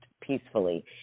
peacefully